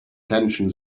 detention